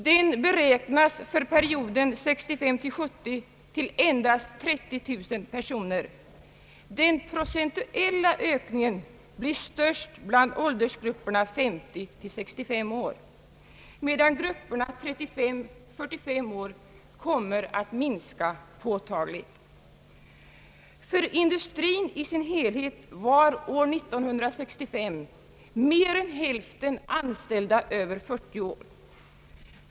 Den beräknas för perioden 1965—1970 till endast 30 000 personer. Den procentuella ökningen blir störst för åldersgrupperna 50—65 år, medan grupperna 35—45 år kommer att minska påtagligt. För industrin i sin helhet var år 1965 mer än hälften anställda över 40 år.